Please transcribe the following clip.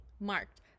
marked